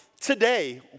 today